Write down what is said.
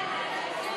ההסתייגות (4)